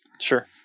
Sure